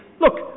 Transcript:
look